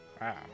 wow